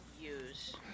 use